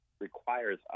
requires